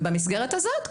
במסגרת הזאת,